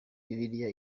bibiliya